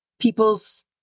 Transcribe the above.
people's